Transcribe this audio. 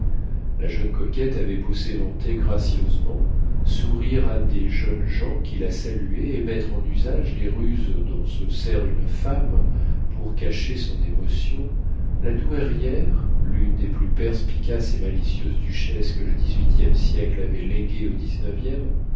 la jeune coquette avait beau s'éventer gracieusement sourire à des jeunes gens qui la saluaient et mettre en usage les ruses dont se sert une femme pour cacher son émotion la douairière l'une des plus perspicaces et malicieuses duchesses que le dix-huitième siècle avait léguées au dix-neuvième